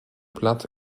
plainte